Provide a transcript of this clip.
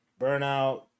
Burnout